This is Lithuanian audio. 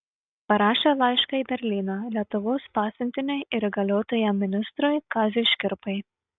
parašė laišką į berlyną lietuvos pasiuntiniui ir įgaliotajam ministrui kaziui škirpai